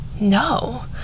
no